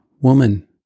woman